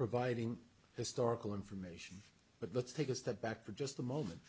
providing historical information but let's take a step back for just a moment